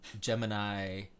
Gemini